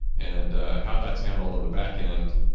and how that's handled on the back-end,